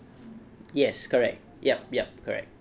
yes correct yup yup correct